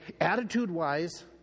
Attitude-wise